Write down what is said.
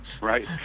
Right